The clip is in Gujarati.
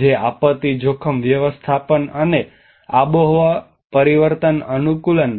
જે આપત્તિ જોખમ વ્યવસ્થાપન અને આબોહવા પરિવર્તન અનુકૂલન